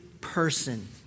person